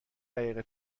دقیقه